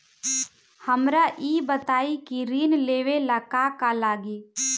हमरा ई बताई की ऋण लेवे ला का का लागी?